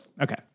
Okay